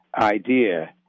idea